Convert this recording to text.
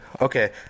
okay